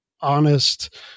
honest